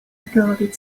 regarded